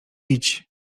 idź